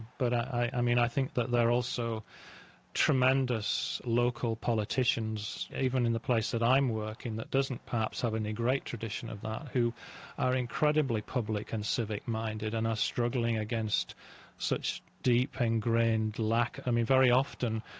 but i i mean, i think that there are also tremendous local politicians even in the place that i'm working, that doesn't, perhaps, have any great tradition of that who are incredibly public and civic minded and are struggling against such deep, ingrained lack. i mean, very often,